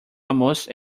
almost